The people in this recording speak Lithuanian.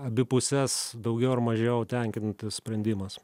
abi puses daugiau ar mažiau tenkinantis sprendimas